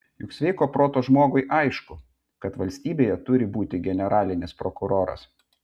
juk sveiko proto žmogui aišku kad valstybėje turi būti generalinis prokuroras